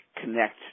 connect